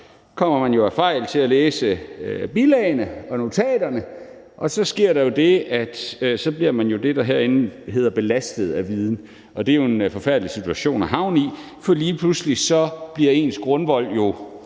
kommer man jo af vanvare til at læse bilagene og notaterne, og så sker der det, at man bliver det, der herinde hedder belastet af viden, og det er jo en forfærdelig situation at havne i, for lige pludselig bliver ens grundvold